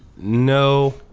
no,